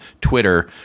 Twitter